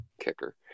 kicker